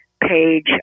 page